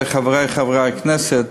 חברי חברי הכנסת,